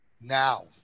Now